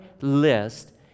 list